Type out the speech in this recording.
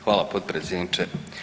Hvala potpredsjedniče.